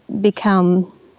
become